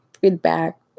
feedback